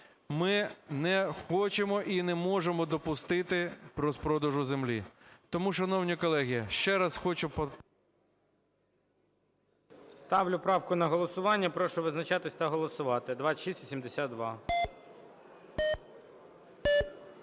ми не хочемо і не можемо допустити розпродажу землі. Тому, шановні колеги, ще раз хочу… ГОЛОВУЮЧИЙ. Ставлю правку на голосування. Прошу визначатися та голосувати. 2672.